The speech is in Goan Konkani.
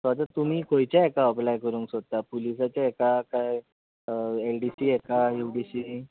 आतां तुमी खंयच्या हाका अप्लाय करूंक सोदता पुलीसाच्या हाका काय एल डी सी हाका यु डी सी